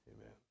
Amen